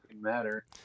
matter